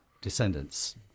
descendants